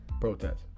protest